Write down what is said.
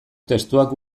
testuak